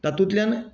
तातुंतल्यान